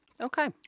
Okay